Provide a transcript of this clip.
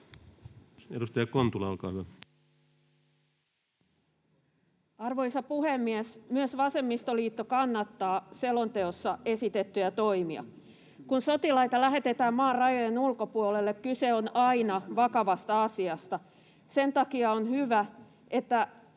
Edustaja Kontula, olkaa hyvä. Arvoisa puhemies! Myös vasemmistoliitto kannattaa selonteossa esitettyjä toimia. Kun sotilaita lähetetään maan rajojen ulkopuolelle, kyse on aina vakavasta asiasta. Sen takia on hyvä, että